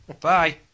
Bye